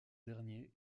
dernier